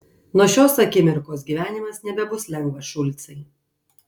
nuo šios akimirkos gyvenimas nebebus lengvas šulcai